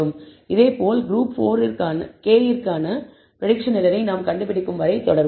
இதேபோல் group k க்கான prediction error ஐ நாம் கண்டுபிடிக்கும் வரை தொடர்வோம்